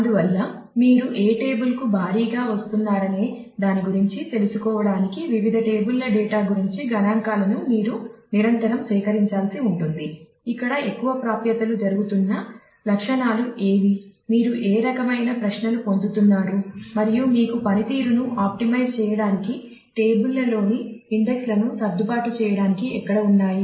అందువల్ల మీరు ఏ టేబుల్ కు భారీగా వస్తున్నారనే దాని గురించి తెలుసుకోవడానికి వివిధ టేబుల్ ల డేటా గురించి గణాంకాలను మీరు నిరంతరం సేకరించాల్సి ఉంటుంది ఇక్కడ ఎక్కువ ప్రాప్యతలు జరుగుతున్న లక్షణాలు లను సర్దుబాటు చేయడానికి ఎక్కడ ఉన్నాయి